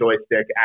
Joystick